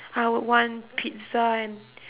I would want pizza and